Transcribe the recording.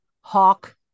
Hawk